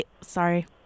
sorry